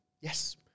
Yes